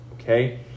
okay